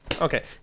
Okay